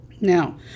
Now